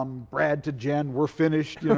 um brad to jen we're finished, yeah